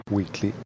Weekly